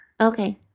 Okay